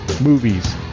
movies